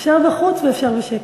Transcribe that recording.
אפשר בחוץ ואפשר בשקט.